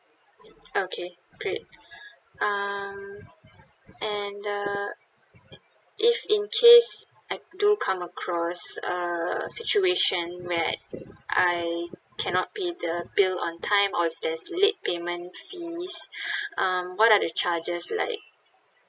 okay great um and uh if in case I do come across a situation where I cannot pay the bill on time or if there's late payment fees um what are the charges like